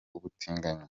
ubutinganyi